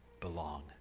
belong